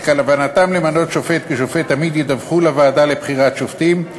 על כוונתם למנות שופט לשופט עמית ידווחו לוועדה לבחירת שופטים,